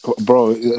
bro